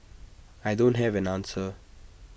I don't have an answer